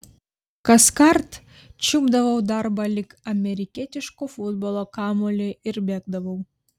kaskart čiupdavau darbą lyg amerikietiško futbolo kamuolį ir bėgdavau